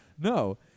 No